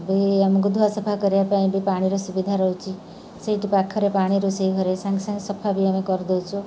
ବି ଆମକୁ ଧୁଆ ସଫା କରିବା ପାଇଁ ବି ପାଣିର ସୁବିଧା ରହୁଛି ସେଇଠି ପାଖରେ ପାଣି ରୋଷେଇ ଘରେ ସାଙ୍ଗେ ସାଙ୍ଗେ ସଫା ବି ଆମେ କରିଦଉଛୁ